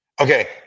Okay